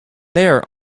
there